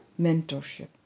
mentorship